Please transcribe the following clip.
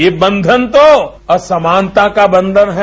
ये बंधन तो असमानता का बंधन है